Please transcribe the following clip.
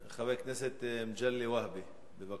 חבר הכנסת מגלי והבה, בבקשה.